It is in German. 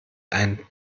ein